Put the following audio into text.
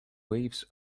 waves